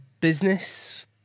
business